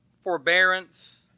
forbearance